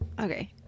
Okay